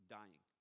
dying